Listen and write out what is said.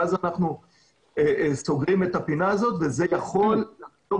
ואז אנחנו סוגרים את הפינה הזאת וזה יכול לעזור